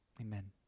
Amen